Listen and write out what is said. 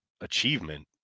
achievement